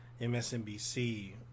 MSNBC